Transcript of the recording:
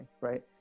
right